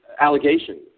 allegation